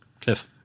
Cliff